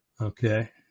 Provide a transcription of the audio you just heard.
Okay